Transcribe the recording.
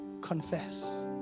confess